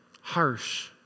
Harsh